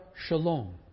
Shalom